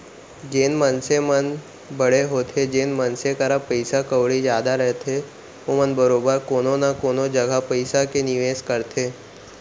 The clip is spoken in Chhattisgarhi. जेन मनसे मन बड़े होथे जेन मनसे करा पइसा कउड़ी जादा रथे ओमन बरोबर कोनो न कोनो जघा पइसा के निवेस करथे